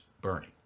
Bernie